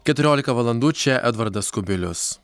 keturiolika valandų čia edvardas kubilius